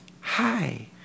Hi